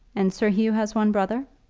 and sir hugh has one brother.